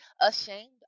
ashamed